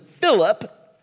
Philip